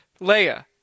Leia